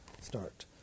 start